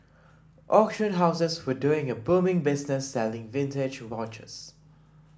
auction houses were doing a booming business selling vintage watches